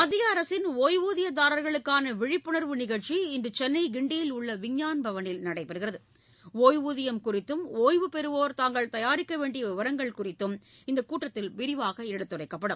மத்திய அரசின் ஒய்வூதியதாரர்களுக்கான விழிப்புணர்வு நிகழ்ச்சி இன்று சென்னை கிண்டியில் உள்ள விஞ்ஞான் பவனில் நடைபெறுகிறது டுப்வூதியம் குறித்தும் ஒய்வு பெறுவோர் தாங்கள் தயாரிக்க வேண்டிய விவரங்கள் குறித்தும் இந்தக் கூட்டத்தில் விரிவாக எடுத்துரைக்கப்படும்